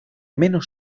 menos